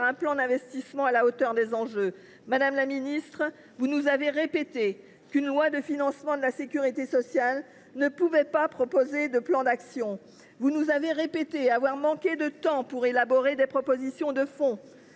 un plan d’investissement à la hauteur des enjeux. Madame la ministre, vous nous avez répété qu’une loi de financement de la sécurité sociale ne pouvait pas proposer un plan d’action. Vous nous avez répété avoir manqué de temps pour élaborer des propositions de fond,